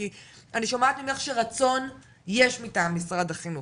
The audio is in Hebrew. כי אני שומעת ממך שרצון יש מטעם משרד החינוך,